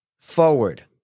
forward